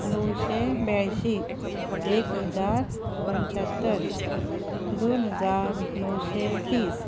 णवशे ब्यांयशी एक हजार पंच्यातर दोन हजार णवशे तीस